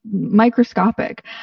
microscopic